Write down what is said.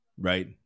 Right